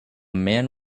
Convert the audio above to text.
man